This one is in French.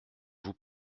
vous